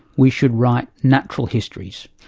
we should write natural histories.